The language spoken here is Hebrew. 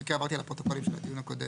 במקרה עברתי על הפרוטוקולים של הכנסת